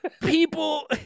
people